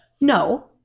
No